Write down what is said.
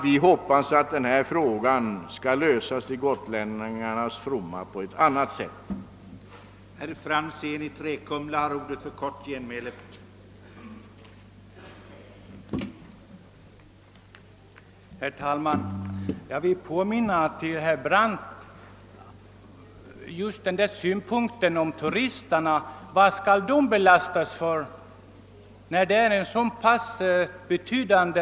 Vi hoppas emellertid att frågan skall lösas till gotlänningarnas fromma på ett annat sätt än vad motionärerna tänkt sig.